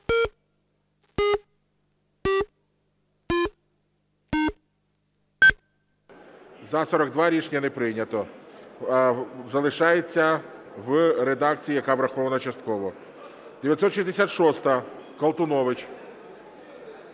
За-42 Рішення не прийнято, залишається в редакції, яка врахована частково. 966-а, Колтунович.